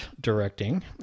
directing